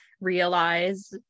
realize